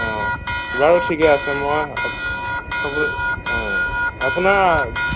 বাৰু ঠিকে আছে মই আপোনাৰ